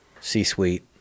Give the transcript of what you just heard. C-suite